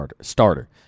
starter